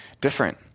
different